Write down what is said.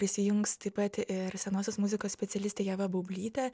prisijungs taip pat ir senosios muzikos specialistė ieva baublytė